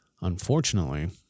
Unfortunately